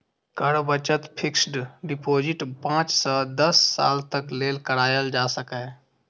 कर बचत fixed deposit पांच सं दस साल तक लेल कराएल जा सकैए